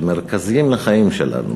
שהם מרכזיים לחיים שלנו,